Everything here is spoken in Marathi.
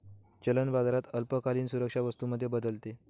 चलन बाजारात अल्पकालीन सुरक्षा वस्तू मध्ये बदलते